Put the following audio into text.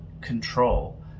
control